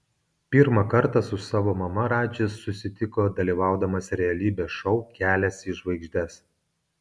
pirmą kartą su savo mama radžis susitiko dalyvaudamas realybės šou kelias į žvaigždes